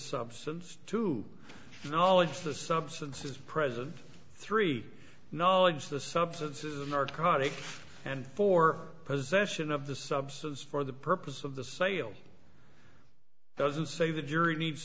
substance to the knowledge the substance is present three knowledge the substance is a narcotic and for possession of the substance for the purpose of the sale doesn't say the jury needs